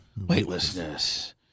Weightlessness